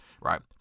Right